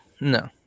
No